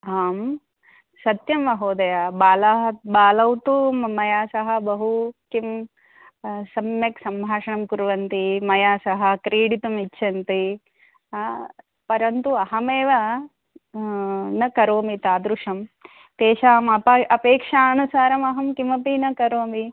आं सत्यं महोदय बालाः बालौ तु मया सह बहु किं सम्यक् सम्भाषणं कुर्वन्ति मया सह क्रीडितुम् इच्छन्ति परन्तु अहमेव न करोमि तादृशं तेषाम् अपा अपेक्षानुसारम् अहं किमपि न करोमि